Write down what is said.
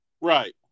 Right